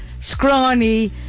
scrawny